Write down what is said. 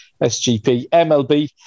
SGPMLB